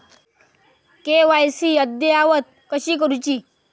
KYC अद्ययावत कशी करुची?